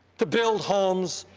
to build homes,